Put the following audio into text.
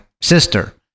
sister